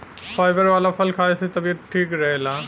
fibre वाला फल खाए से तबियत ठीक रहला